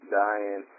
dying